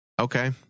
Okay